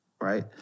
right